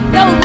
no